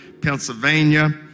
Pennsylvania